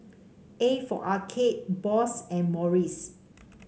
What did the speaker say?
A for Arcade Bose and Morries